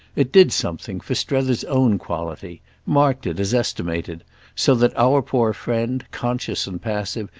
it did something for strether's own quality marked it as estimated so that our poor friend, conscious and passive,